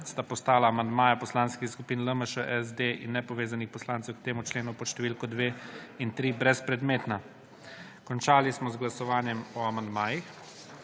sta postala amandmaja Poslanskih skupin LMŠ, SD in Nepovezanih poslancev k temu členu pod številko 2 in 3 brezpredmetna. Končali smo z glasovanjem o amandmajih.